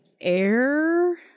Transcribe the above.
air